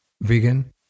vegan